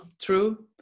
True